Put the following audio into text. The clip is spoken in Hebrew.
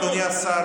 אדוני השר,